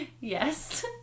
Yes